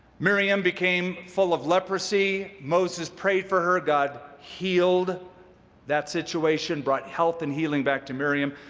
miriam became full of leprosy. moses prayed for her. god healed that situation, brought health and healing back to miriam.